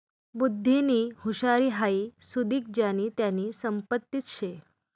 बुध्दीनी हुशारी हाई सुदीक ज्यानी त्यानी संपत्तीच शे